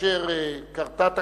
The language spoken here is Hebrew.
כאשר קרתה תקלה,